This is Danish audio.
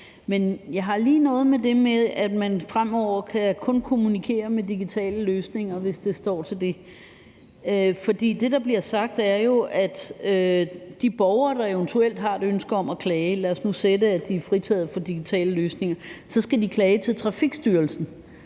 Men jeg har lige noget i forhold til det med, at man fremover kun kan kommunikere via digitale løsninger. For det, der bliver sagt, er jo, at de borgere, der eventuelt har et ønske om at klage – lad os nu forudsætte, at de er fritaget for digitale løsninger – så skal klage til Trafikstyrelsen,